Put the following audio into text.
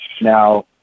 Now